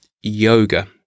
yoga